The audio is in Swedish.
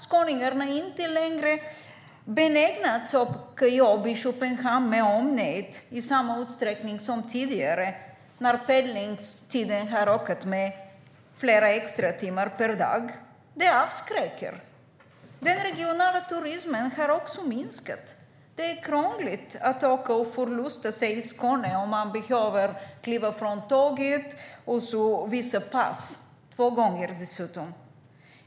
Skåningar är inte längre benägna att söka jobb i Köpenhamn med omnejd i samma utsträckning som tidigare när pendlingstiden har ökat med flera timmar per dag. Det avskräcker. Den regionala turismen har också minskat. Det är krångligt att åka och förlusta sig i Skåne om man måste byta tåg och visa pass två gånger.